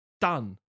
Done